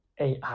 AI